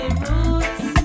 roots